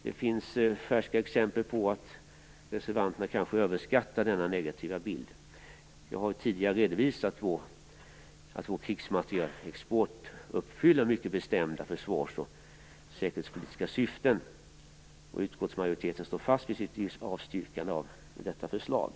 Det finns färska exempel på att reservanterna kanske överskattar denna negativa effekt. Jag har tidigare redovisat att vår krigsmaterielexport uppfyller mycket bestämda försvars och säkerhetspolitiska syften. Utskottsmajoriteten står fast vid sitt avstyrkande av detta förslag.